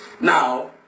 Now